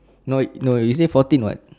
no it no you say fourteen [what]